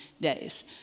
days